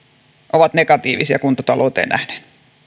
ovat negatiivisia kuntatalouteen nähden